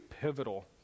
pivotal